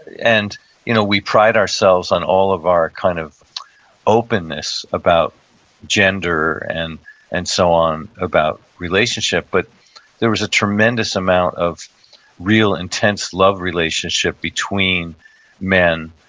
and you know we pride ourselves on all of our kind of openness about gender and and so on, about relationship, but there was a tremendous amount of real intense love relationship between men,